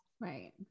Right